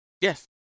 Yes